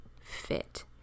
fit